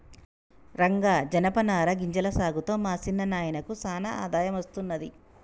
రంగా జనపనార గింజల సాగుతో మా సిన్న నాయినకు సానా ఆదాయం అస్తున్నది